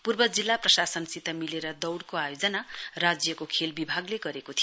पूर्व जिल्ला प्रशासनसित मिलेर दौइको आयोजना राज्यको खेल विभागले गरेको थियो